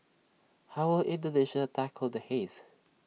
how will Indonesia tackle the haze